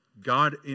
God